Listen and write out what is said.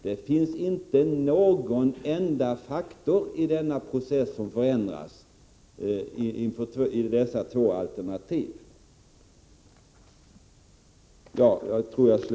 Det finns inte någon enda faktor i denna process som förändras i dessa två fall.